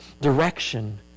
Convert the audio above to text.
direction